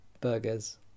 Burgers